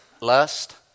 Lust